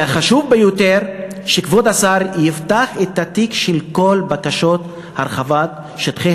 והחשוב ביותר: שכבוד השר יפתח את התיק של כל בקשות הרחבת שטחי